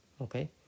Okay